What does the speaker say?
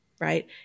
right